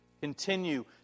Continue